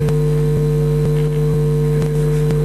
חברים,